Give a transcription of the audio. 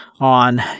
on